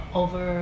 over